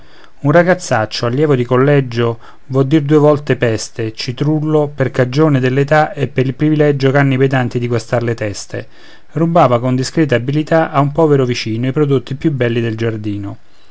un ragazzaccio allievo di collegio vo dir due volte peste citrullo per cagione dell'età e per il privilegio ch'hanno i pedanti di guastar le teste rubava con discreta abilità a un povero vicino i prodotti più belli del giardino